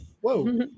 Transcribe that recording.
whoa